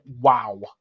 wow